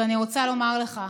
ואני רוצה לומר לך,